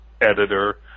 editor